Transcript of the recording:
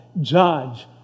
Judge